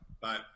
Bye